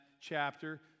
chapter